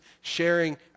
sharing